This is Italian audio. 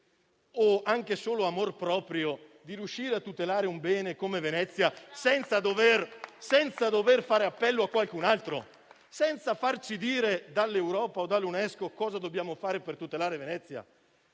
o anche solo amor proprio, di riuscire a tutelare un bene come Venezia, senza dover fare appello a qualcun'altro? Senza farci dire dall'Europa o dall'Unesco cosa dobbiamo fare per tutelare Venezia?